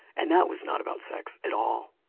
and that was not about sex at all.